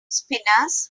spinners